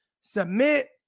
Submit